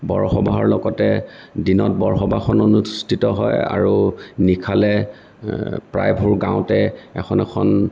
বৰসভাহৰ লগতে দিনত বৰসভাখন অনুষ্ঠিত হয় আৰু নিশালৈ প্ৰায়বোৰ গাঁৱতে এখন এখন